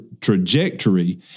trajectory